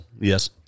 Yes